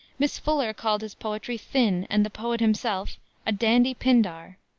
miss fuller called his poetry thin and the poet himself a dandy pindar.